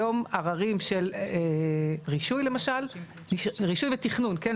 היום, עררים של רישוי, למשל, רישוי ותכנון, כן?